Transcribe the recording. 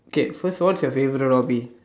okay first what's your favourite o